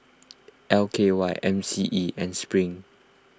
L K Y M C E and Spring